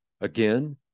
Again